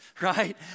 right